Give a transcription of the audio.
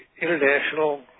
international